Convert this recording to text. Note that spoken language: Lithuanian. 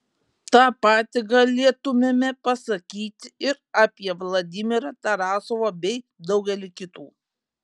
tą patį galėtumėme pasakyti ir apie vladimirą tarasovą bei daugelį kitų